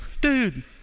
dude